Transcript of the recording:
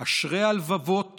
אשרי הלבבות